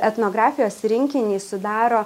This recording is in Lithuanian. etnografijos rinkinį sudaro